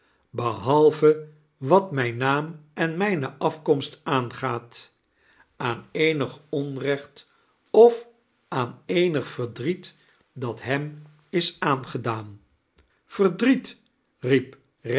behalve wat mijn naam en mijne afkomst aangaat aan eenig onrecht of aan eenig verdriet dat hem is aangedaan verdriet